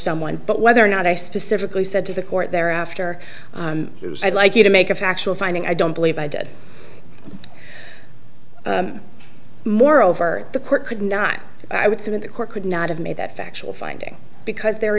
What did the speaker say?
someone but whether or not i specifically said to the court there after it was i'd like you to make a factual finding i don't believe i did moreover the court could now i i would some of the court could not have made that factual finding because there